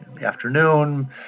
afternoon